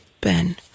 Ben